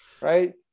Right